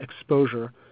exposure